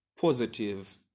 positive